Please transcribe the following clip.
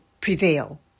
prevail